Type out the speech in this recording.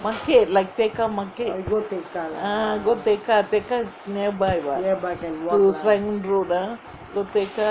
market like tekka market ah go tekka tekka is nearby what serangoon road ah